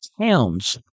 towns